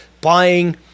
buying